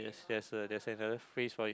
there's a there's another phrase for it